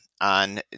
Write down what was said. on